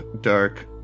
dark